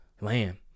land